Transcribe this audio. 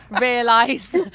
realize